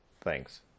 Thanks